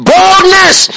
Boldness